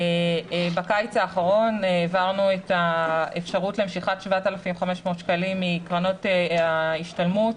בקיץ האחרון העברנו את האפשרות למשיכת 7,500 שקלים מקרנות ההשתלמות